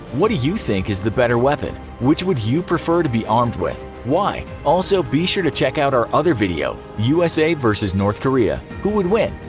what do you think is the better weapon? which would you prefer to be armed with? why? also, be sure to check out our other video usa vs north korea who would win.